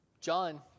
John